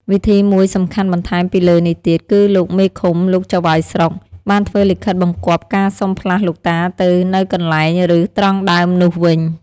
វិធីមួយសំខាន់បន្ថែមពីលើនេះទៀត គឺលោកមេឃុំ លោកចៅហ្វាយស្រុក បានធ្វើលិខិតបង្គាប់ការសុំផ្លាស់លោកតាទៅនៅកន្លែង ឬ ត្រង់ដើមនោះវិញ។